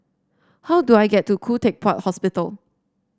how do I get to Khoo Teck Puat Hospital